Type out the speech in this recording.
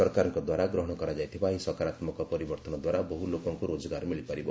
ସରକାରଙ୍କ ଦ୍ୱାରା ଗ୍ରହଣ କରାଯାଇଥିବା ଏହି ସକାରାତ୍ମକ ପରିବର୍ତନ ଦ୍ୱାରା ବହୁ ଲୋକଙ୍କୁ ରୋଜଗାର ମିଳିପାରିବ